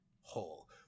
whole